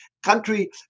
country